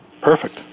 Perfect